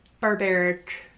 barbaric